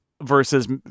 versus